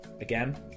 again